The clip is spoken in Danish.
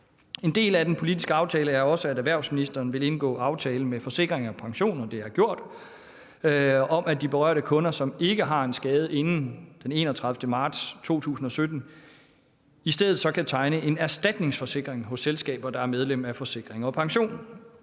En del af den politiske aftale er også, at erhvervsministeren vil indgå aftale med Forsikring & Pension, og det er gjort, om, at de berørte kunder, som ikke har en skade inden den 31. marts 2017, i stedet kan tegne en erstatningsforsikring hos selskaber, der er medlem af Forsikring & Pension.